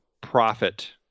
profit